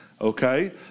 okay